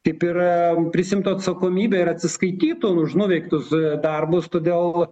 kaip yra prisiimtų atsakomybę ir atsiskaitytų už nuveiktus darbus todėl